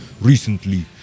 recently